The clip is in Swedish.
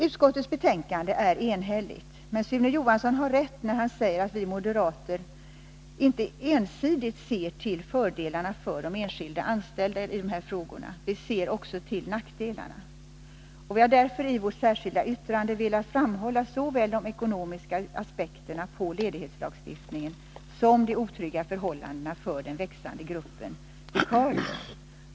Utskottets betänkande är enhälligt, men Sune Johansson har rätt när han säger att vi moderater inte ensidigt ser till fördelarna för de enskilda anställda i de här frågorna. Vi ser också till nackdelarna. Vi har därför i vårt särskilda yttrande velat framhålla såväl de ekonomiska aspekterna på ledighetslagstiftningen som de otrygga förhållandena för den växande gruppen vikarier.